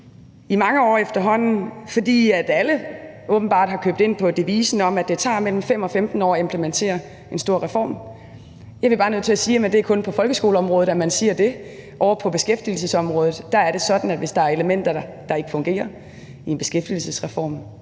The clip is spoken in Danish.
i mange år efterhånden, fordi alle åbenbart har købt devisen om, at det tager mellem 5 og 15 år at implementere en stor reform. Jeg bliver bare nødt til at sige, at det kun er på folkeskoleområdet, man siger det, mens det ovre på beskæftigelsesområdet er sådan, at hvis der er elementer, der ikke fungerer i en beskæftigelsesreform,